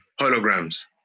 holograms